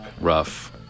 rough